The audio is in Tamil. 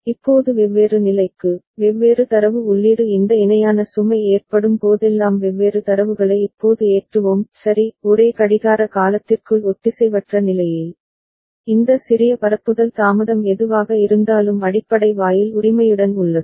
இப்போது வெவ்வேறு நிலைக்கு வெவ்வேறு தரவு உள்ளீடு இந்த இணையான சுமை ஏற்படும் போதெல்லாம் வெவ்வேறு தரவுகளை இப்போது ஏற்றுவோம் சரி ஒரே கடிகார காலத்திற்குள் ஒத்திசைவற்ற நிலையில் இந்த சிறிய பரப்புதல் தாமதம் எதுவாக இருந்தாலும் அடிப்படை வாயில் உரிமையுடன் உள்ளது